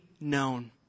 known